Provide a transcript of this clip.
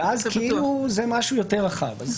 אז זה משהו יותר רחב.